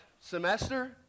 semester